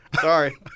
Sorry